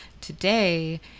today